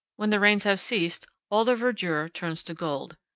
when the rains have ceased all the verdure turns to gold.